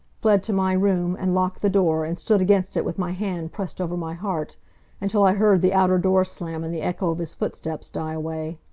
fled to my room, and locked the door and stood against it with my hand pressed over my heart until i heard the outer door slam and the echo of his footsteps die away.